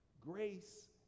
grace